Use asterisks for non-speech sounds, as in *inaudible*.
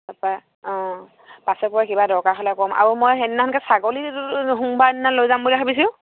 তাৰপৰা অঁ পাছে পৰে কিবা দৰকাৰ হ'লে ক'ম আৰু মই সেইদিনাখনকে ছাগলী *unintelligible* সোমবাৰৰ দিনা লৈ যাম বুলি ভাবিছোঁ